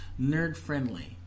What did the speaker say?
nerd-friendly